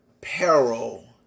peril